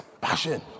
passion